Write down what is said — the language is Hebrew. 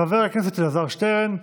חבר הכנסת אלעזר שטרן,